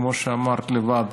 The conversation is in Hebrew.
כמו שאמרת לבד,